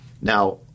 Now